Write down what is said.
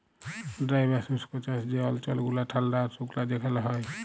dry বা শুস্ক চাষ যে অল্চল গুলা ঠাল্ডা আর সুকলা সেখালে হ্যয়